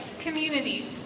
Community